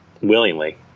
willingly